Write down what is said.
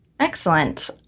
Excellent